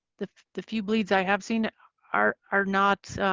the the few bleeds i have seen are are not